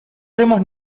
remos